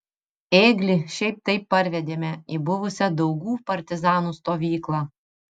ėglį šiaip taip parvedėme į buvusią daugų partizanų stovyklą